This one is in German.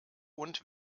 und